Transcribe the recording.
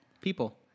People